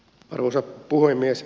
arvoisa puhemies